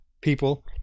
people